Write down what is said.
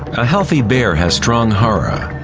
a healthy bear has strong hara.